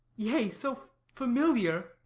yea, so familiar!